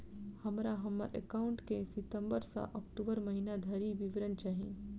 हमरा हम्मर एकाउंट केँ सितम्बर सँ अक्टूबर महीना धरि विवरण चाहि?